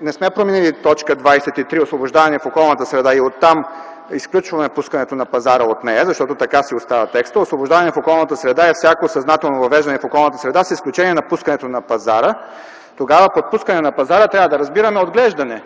не сме променили т. 23 – освобождаване в околната среда, и оттам изключваме пускането на пазара от нея, защото така си остава текстът: „Освобождаване в околната среда” е всяко съзнателно въвеждане в околната среда, с изключението на пускането на пазара”. Тогава под „пускане на пазара” трябва да разбираме отглеждане,